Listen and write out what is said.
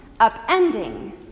upending